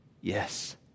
Yes